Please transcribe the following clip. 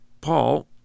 Paul